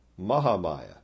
Mahamaya